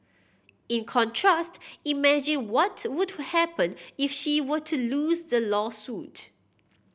in contrast imagine what would happen if she were to lose the lawsuit